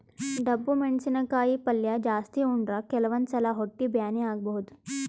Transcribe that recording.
ಡಬ್ಬು ಮೆಣಸಿನಕಾಯಿ ಪಲ್ಯ ಜಾಸ್ತಿ ಉಂಡ್ರ ಕೆಲವಂದ್ ಸಲಾ ಹೊಟ್ಟಿ ಬ್ಯಾನಿ ಆಗಬಹುದ್